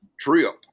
trip